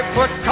put